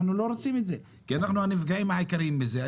אנחנו לא רוצים את זה כי אנחנו הנפגעים העיקריים מזה.